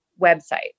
website